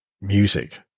music